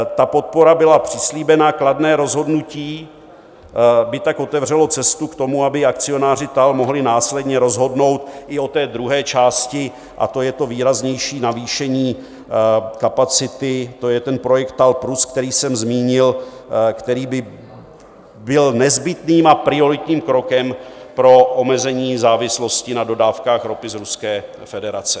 Ta podpora byla přislíbena, kladné rozhodnutí by tak otevřelo cestu k tomu, aby akcionáři TAL mohli následně rozhodnout i o té druhé části, a to je to výraznější navýšení kapacity, to je ten projekt TAL+, který jsem zmínil, který by byl nezbytným a prioritním krokem pro omezení závislosti na dodávkách ropy z Ruské federace.